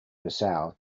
bissau